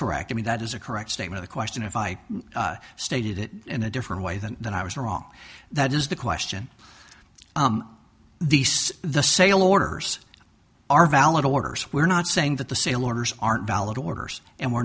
correct i mean that is a correct statement a question if i stated it in a different way than that i was wrong that is the question these the sail orders are valid waters where not saying that the sale orders aren't valid orders and we're